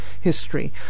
history